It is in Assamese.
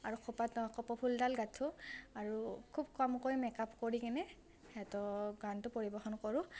আৰু খোপাত কপৌফুলডাল গাঁঠোঁ আৰু খুব কমকৈ মেক আপ কৰি কিনে সিহঁতক গানটো পৰিৱেশন কৰোঁ